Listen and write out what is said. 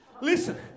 Listen